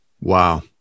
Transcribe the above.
Wow